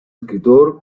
escritor